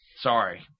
Sorry